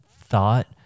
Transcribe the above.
thought